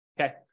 okay